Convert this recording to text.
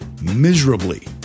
miserably